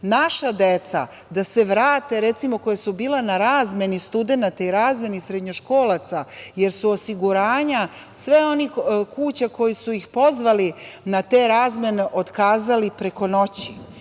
mogućnost da se vrate naša deca koja su bila na razmeni studenata i razmeni srednjoškolaca, jer su osiguranja sve onih kuća koja su ih pozvali na te razmene otkazali preko noći. Hoću